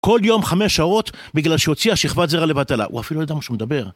כל יום חמש שעות, בגלל שהוציאה שכבת זרע לבטלה. הוא אפילו לא יודע מה שהוא מדבר.